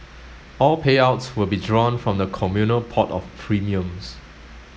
all payouts will be drawn from the communal pot of premiums